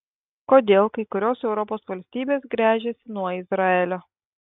kodėl kai kurios europos valstybės gręžiasi nuo izraelio